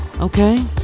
okay